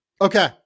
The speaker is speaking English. Okay